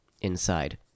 inside